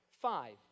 five